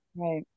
Right